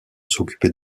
s’occuper